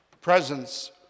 presence